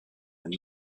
and